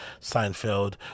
Seinfeld